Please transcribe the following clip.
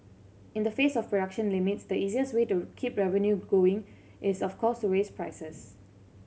in the face of production limits the easiest way to keep revenue growing is of course raise prices